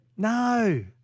No